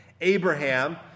Abraham